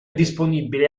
disponibile